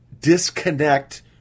disconnect